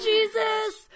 Jesus